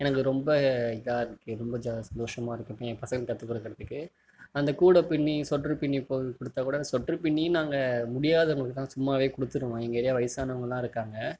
எனக்கு ரொம்ப இதாக இருக்கு ரொம்ப சந்தோசமாக இருக்கு எங்கள் பசங்களுக்கு கற்றுக்குடுக்குறத்துக்கு அந்த கூட பின்னி சொட்டரு பின்னி கொடுத்தாக்கூட சொட்டரு பின்னி நாங்கள் முடியாதவங்களுக்கு தான் சும்மாவே கொடுத்துடுவோம் எங்கள் ஏரியாவில வயசானவங்களாம் இருக்காங்க